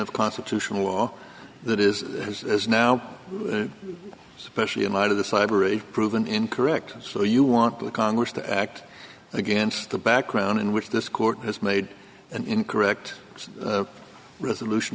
of constitutional law that is as now especially in light of the cyber a proven incorrect so you want the congress to act against the background in which this court has made an incorrect resolution